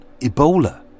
Ebola